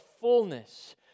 fullness